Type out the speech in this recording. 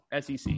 SEC